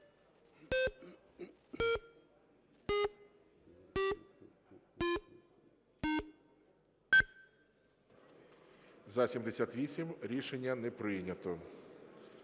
За-78 Рішення не прийнято.